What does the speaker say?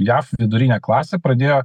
jav vidurinė klasė pradėjo